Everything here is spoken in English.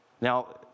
Now